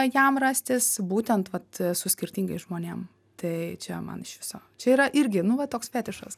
jam rastis būtent vat su skirtingais žmonėm tai čia man iš viso čia yra irgi nu va toks fetišas